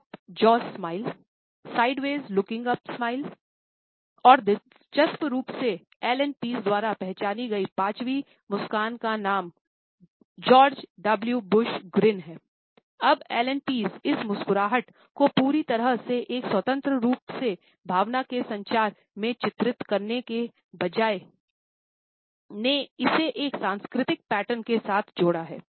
अब Allan Pease इस मुस्कराहट को पूरी तरह से एक स्वतंत्र रूप से भावना के संचार में चित्रित करने के बजाय ने इसे एक सांस्कृतिक पैटर्न के साथ जोड़ा है